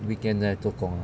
weekend 在做工 ah